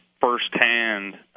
firsthand